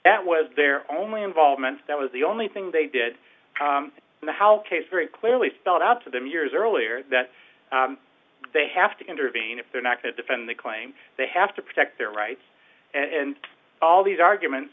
that was their only involvement that was the only thing they did in the health case very clearly spelled out to them years earlier that they have to intervene if they're not to defend the claim they have to protect their rights and all these arguments